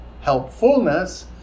helpfulness